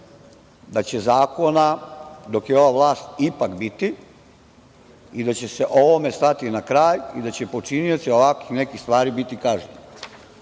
da će zakona dok je ova vlast ipak biti i da će se ovome stati na kraj i da će počinioci ovakvih nekih stvari biti